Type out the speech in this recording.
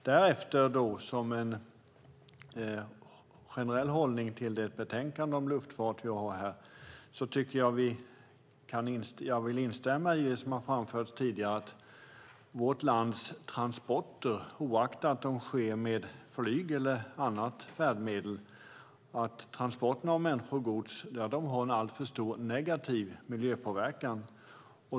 Därefter, som en generell hållning till det betänkande om luftfart som vi har här, vill jag instämma i det som har framförts tidigare om att vårt lands transporter av människor och gods oavsett om de sker med flyg eller annat färdmedel har en alltför stor negativ miljöpåverkan.